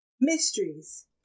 mysteries